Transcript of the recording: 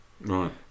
right